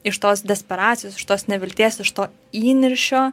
iš tos desperacijos iš tos nevilties iš to įniršio